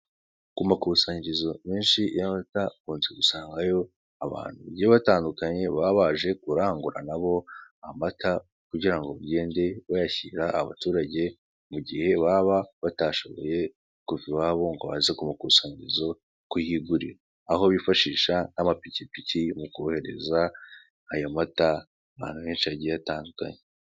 Ku makusanyirizo menshi y'amata ukunze gusangayo abantu bagiye batandukanye baba baje kurangura nabo amata kugira ngo bagende bayashyira abaturage mu gihe baba batashoboye kuva iwawo ngo baze ku makusanyirizo kuyigurira. Aho bifashisha amapikipiki mu kohereza ayo mata ahantu henshi hagiye hatandukanye.